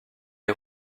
est